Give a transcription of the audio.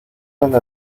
donde